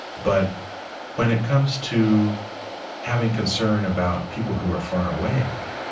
but when it comes to having concern about people who are far away,